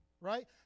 right